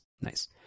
nice